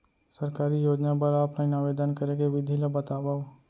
सरकारी योजना बर ऑफलाइन आवेदन करे के विधि ला बतावव